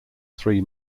three